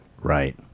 Right